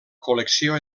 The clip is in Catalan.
col·lecció